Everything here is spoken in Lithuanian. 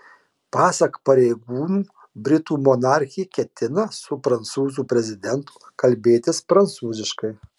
pasak pareigūnų britų monarchė ketina su prancūzų prezidentu kalbėtis prancūziškai